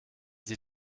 sie